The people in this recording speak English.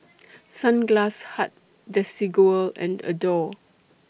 Sunglass Hut Desigual and Adore